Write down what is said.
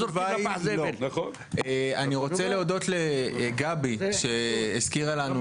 שזה משבר האקלים ושעלינו לעשות יותר באופן כללי,